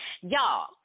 Y'all